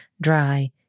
dry